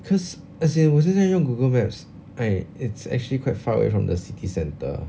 cause as in 我现在用 Google maps I it's actually quite far away from the city centre